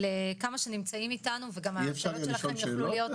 אי-אפשר לשאול שאלות?